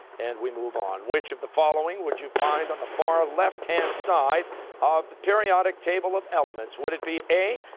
and we move on. which of the following would you find on the far left-hand side of the periodic table of elements? would it be a,